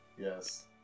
Yes